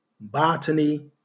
botany